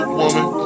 woman